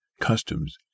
customs